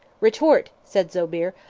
retort, said zobeir,